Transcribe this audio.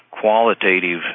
qualitative